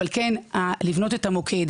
אבל כן לבנות את המוקד,